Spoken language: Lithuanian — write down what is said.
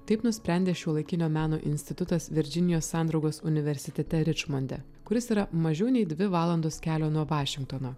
taip nusprendė šiuolaikinio meno institutas virdžinijos sandraugos universitete ričmonde kuris yra mažiau nei dvi valandos kelio nuo vašingtono